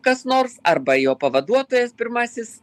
kas nors arba jo pavaduotojas pirmasis